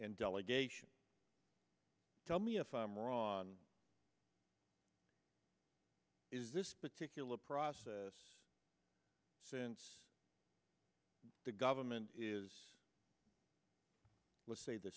and delegation tell me if i'm wrong is this particular process since the government is let's say the